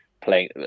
playing